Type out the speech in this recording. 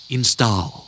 Install